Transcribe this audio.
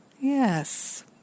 Yes